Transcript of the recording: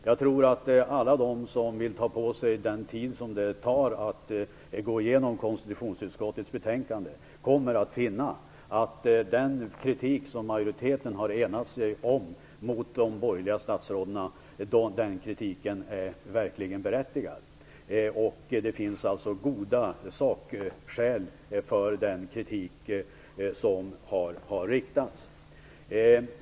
Jag tror att alla som vill ta sig den tid det tar att gå igenom konstitutionsutskottets betänkande kommer att finna att den kritik som majoriteten har enat sig om mot de borgerliga statsråden verkligen är berättigad. Det finns goda sakskäl för den kritiken.